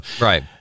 right